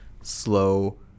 slow